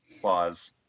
clause